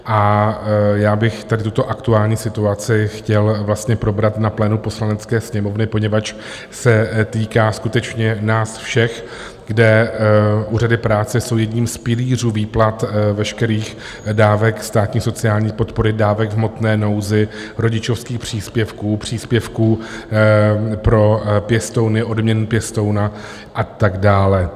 A já bych tuto aktuální situaci chtěl vlastně probrat na plénu Poslanecké sněmovny, poněvadž se týká skutečně nás všech, kde úřady práce jsou jedním z pilířů výplat veškerých dávek státní sociální podpory, dávek v hmotné nouzi, rodičovských příspěvků, příspěvků pro pěstouny, odměn pěstouna a tak dále.